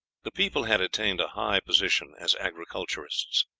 the people had attained a high position as agriculturists.